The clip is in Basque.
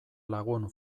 lagun